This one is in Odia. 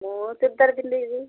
ମୁଁ ଚୁଡ଼ିଦାର୍ ପିନ୍ଧି ଦେଇକି ଯିବି